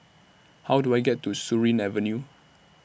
How Do I get to Surin Avenue